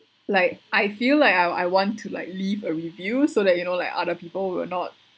like I feel like I I want to like leave a review so that you know like other people will not